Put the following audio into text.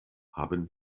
haben